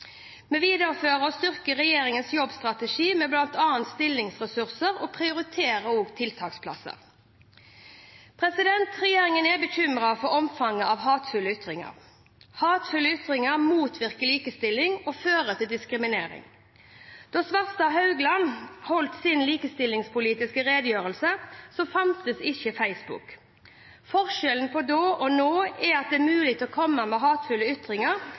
Vi viderefører og styrker regjeringens jobbstrategi med bl.a. stillingsressurser og prioritering av tiltaksplasser. Regjeringen er bekymret for omfanget av hatefulle ytringer. Hatefulle ytringer motvirker likestilling og fører til diskriminering. Da Svarstad Haugland holdt sin likestillingspolitiske redegjørelse, fantes ikke Facebook. Forskjellen på da og nå er at det er mulig å komme med hatefulle ytringer